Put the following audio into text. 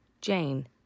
Jane